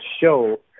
show